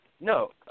No